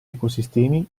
ecosistemi